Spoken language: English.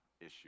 issue